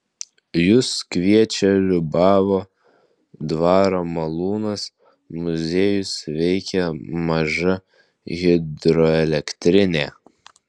jus kviečia liubavo dvaro malūnas muziejus veikia maža hidroelektrinė